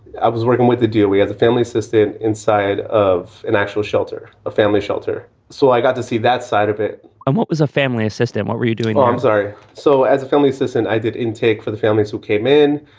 i was working with the deal. we as a family assistant inside of an actual shelter, a family shelter. so i got to see that side of it and what was a family assistance? what were you doing? arms out so as a family assistant, i did intake for the families who came in.